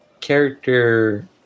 character